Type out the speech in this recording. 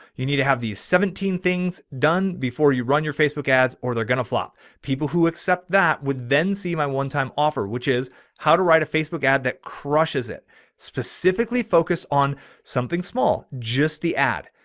you need to have these seventeen things done before you run your facebook ads, or they're going to flop people who accept that would then see my onetime offer, which is how to write a facebook ad that crushes it specifically focus on something small, just the ad.